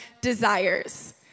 desires